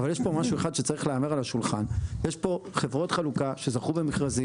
אבל יש פה חברות חלוקה שזכו במכרזים